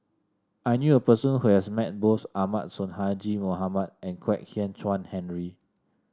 I knew a person who has met both Ahmad Sonhadji Mohamad and Kwek Hian Chuan Henry